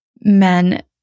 men